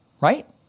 right